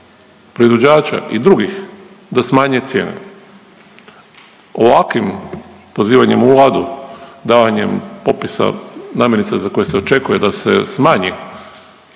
proizvođača i drugih da smanje cijenu. Ovakvim pozivanjem ovu Vladu davanjem popisa namirnica za koje se očekuje da se smanji